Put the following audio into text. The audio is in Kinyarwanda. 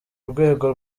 rwego